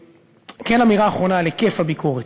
וכן אמירה אחרונה על היקף הביקורת,